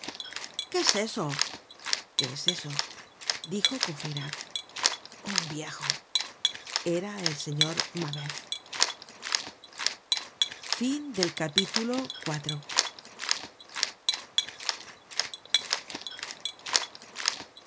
le descubrió quéseso qué es eso dijo á courfeyrac un viejo era el señor mabeuf